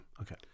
Okay